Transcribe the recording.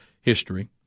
history